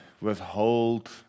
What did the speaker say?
withhold